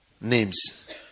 names